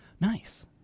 Nice